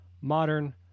modern